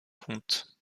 compte